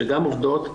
שגם עובדות.